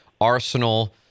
Arsenal